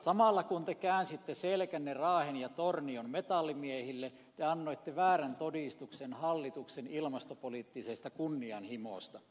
samalla kun te käänsitte selkänne raahen ja tornion metallimiehille te annoitte väärän todistuksen hallituksen ilmastopoliittisesta kunnianhimosta